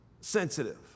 sensitive